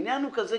העניין הוא כזה.